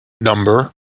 number